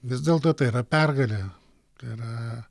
vis dėlto tai yra pergalė tai yra